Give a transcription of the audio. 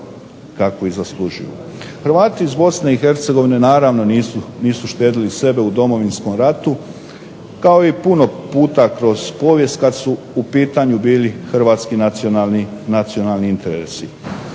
kakvu zaslužuju. Hrvati iz BiH naravno nisu štedili sebe u Domovinskom ratu kao i puno puta kroz povijest kada su u pitanju bili Hrvatski nacionalni interesi.